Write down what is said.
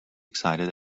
excited